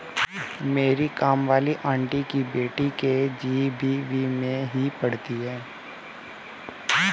मेरी काम वाली आंटी की बेटी के.जी.बी.वी में ही पढ़ती है